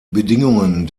bedingungen